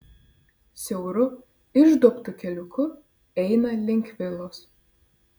siauru išduobtu keliuku eina link vilos